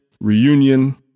reunion